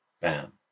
Bam